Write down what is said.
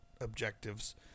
objectives